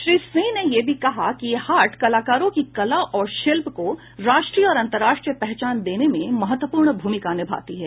श्री सिंह ने यह भी कहा कि यह हाट कलाकारों की कला और शिल्प को राष्ट्रीय और अंतर्राष्ट्रीय पहचान देने में महत्व्पर्ण भूमिका निभाती है